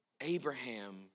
Abraham